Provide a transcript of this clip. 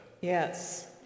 yes